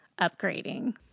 upgrading